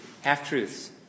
Half-truths